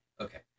okay